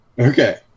Okay